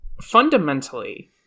fundamentally